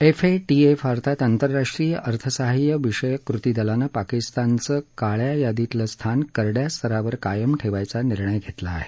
FATF अर्थात आंतरराष्ट्रीय अर्थसहाय्य विषयक कृतीदलाने पाकिस्तानचं काळ्या यादीतलं स्थान करड्या स्तरावर कायम ठेवायचा निर्णय घेतला आहे